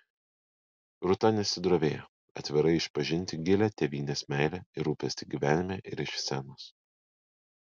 rūta nesidrovėjo atvirai išpažinti gilią tėvynės meilę ir rūpestį gyvenime ir iš scenos